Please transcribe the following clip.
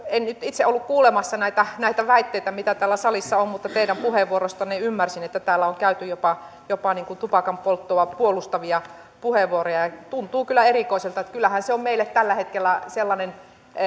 en nyt itse ollut kuulemassa näitä näitä väitteitä mitä täällä salissa on ollut mutta teidän puheenvuoroistanne ymmärsin että täällä on on käyty jopa jopa tupakanpolttoa puolustavia puheenvuoroja tuntuu kyllä erikoiselta koska kyllähän se on meille tällä hetkellä sellainen